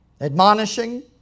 Admonishing